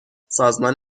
سازمان